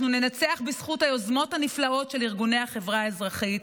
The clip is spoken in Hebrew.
אנחנו ננצח בזכות היוזמות הנפלאות של ארגוני החברה האזרחית.